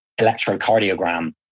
electrocardiogram